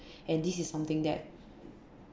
and this is something that